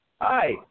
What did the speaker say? Hi